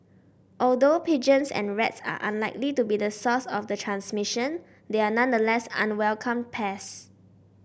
although pigeons and rats are unlikely to be the source of the transmission they are nonetheless unwelcome pest